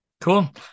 Cool